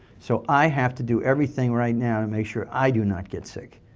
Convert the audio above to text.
so i have to do everything right now to make sure i do not get sick.